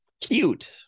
cute